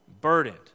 burdened